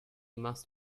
must